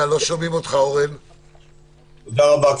תודה רבה,